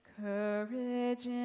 courage